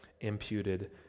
imputed